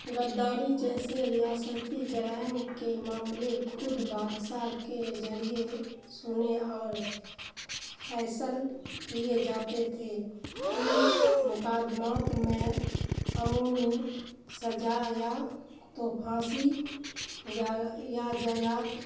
گداری جیسے ریاستی جرائم کے معاملے خود بادشاہ کے ذریعے سنیں اور فیصلے کیے جاتے تھے ان مقدمات میں امومی سزا یا تو پھانسی یا یا جیات